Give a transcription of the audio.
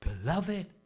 Beloved